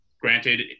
Granted